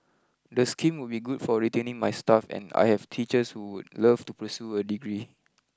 the scheme would be good for retaining my staff and I have teachers who would love to pursue a degree